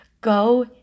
go